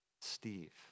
Steve